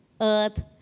earth